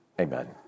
Amen